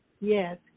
yes